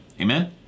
amen